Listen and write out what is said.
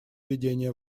ведения